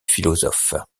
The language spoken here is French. philosophe